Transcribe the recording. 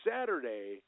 Saturday